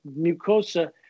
mucosa